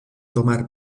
tomar